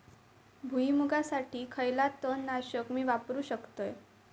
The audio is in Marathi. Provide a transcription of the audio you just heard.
भुईमुगासाठी खयला तण नाशक मी वापरू शकतय?